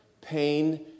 pain